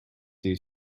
due